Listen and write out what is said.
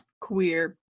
queer